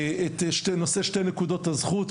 את נושא שתי נקודות הזכות.